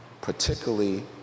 particularly